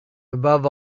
above